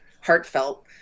heartfelt